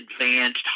advanced